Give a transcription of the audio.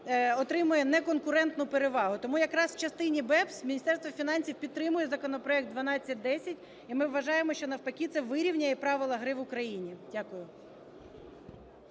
отримує неконкурентну перевагу. Тому якраз в частині BEPS Міністерство фінансів підтримує законопроект 1210. І ми вважаємо, що навпаки це вирівняє правила гри в Україні. Дякую.